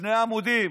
שני עמודים: